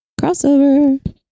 Crossover